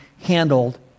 handled